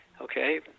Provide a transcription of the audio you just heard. Okay